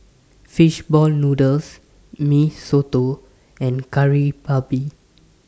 Fish Ball Noodles Mee Soto and Kari Babi